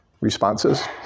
responses